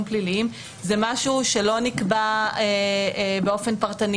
פליליים זה משהו שלא נקבע באופן פרטני,